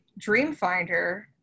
Dreamfinder